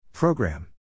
Program